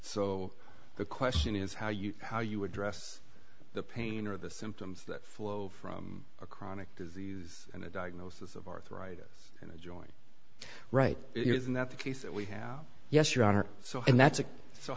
so the question is how you how you address the pain or the symptoms that flow from a chronic disease and a diagnosis of arthritis in a joint right here isn't that the case that we have yes you are so and that's a so